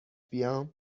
بیام